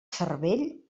cervell